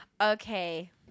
okay